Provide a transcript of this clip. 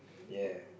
ya